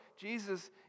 Jesus